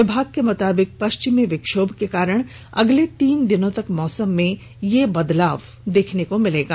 विभाग के मुताबिक पश्चिमी विक्षोभ के कारण अगले तीन दिनों तक मौसम में यह बदलाव देखने को मिलेगा